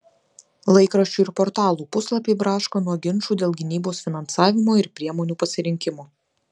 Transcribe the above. laikraščių ir portalų puslapiai braška nuo ginčų dėl gynybos finansavimo ir priemonių pasirinkimo